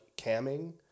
camming